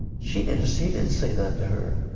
he didn't say didn't say that to her.